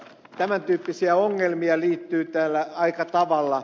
tämän tyyppisiä ongelmia liittyy tähän aika tavalla